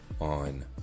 on